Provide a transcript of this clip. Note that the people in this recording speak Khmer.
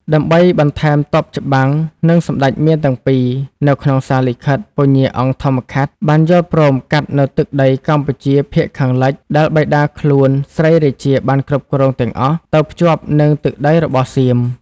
ដើម្បីបន្ថែមទ័ពច្បាំងនិងសម្ដេចមារទាំងពីរ នៅក្នុងសារលិខិត ពញ្ញាអង្គធម្មខាត់ បានយល់ព្រមកាត់នូវទឹកដីកម្ពុជាភាគខាងលិចដែលបិតាខ្លួនស្រីរាជាបានគ្រប់គ្រងទាំងអស់ ទៅភ្ចាប់និងទឹកដីរបស់សៀម ។